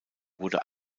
wurde